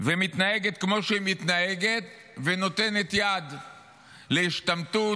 ומתנהגת כמו שהיא מתנהגת ונותנת יד להשתמטות,